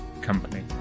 company